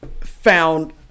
found